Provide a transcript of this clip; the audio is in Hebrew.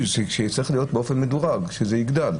זה במקום מה ששלחת?